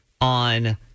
on